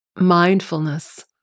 mindfulness